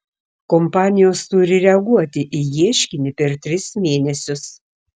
kompanijos turi reaguoti į ieškinį per tris mėnesius